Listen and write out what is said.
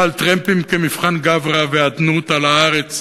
לא על טרמפים כמבחן גברא ואדנות על הארץ